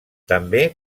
també